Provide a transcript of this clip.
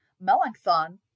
Melanchthon